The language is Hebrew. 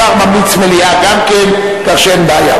השר ממליץ מליאה גם כן, כך שאין בעיה.